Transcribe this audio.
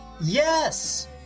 Yes